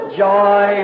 joy